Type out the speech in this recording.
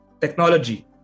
technology